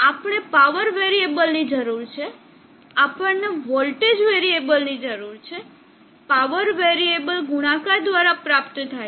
આપણને પાવર વેરીએબલની જરૂર છે આપણને વોલ્ટેજ વેરીએબલની જરૂર છે પાવર વેરીએબલ ગુણાકાર દ્વારા પ્રાપ્ત થાય છે